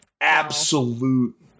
Absolute